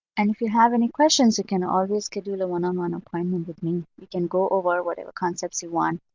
and if you have any questions, you can always schedule a one-on-one appointment with me. we can go over whatever concepts you want,